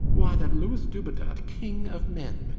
why, that louis dubedat, king of men,